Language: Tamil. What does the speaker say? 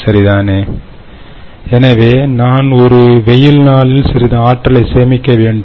சரிதானே எனவே நான் ஒரு வெயில் நாளில் சிறிது ஆற்றலை சேமிக்க வேண்டும்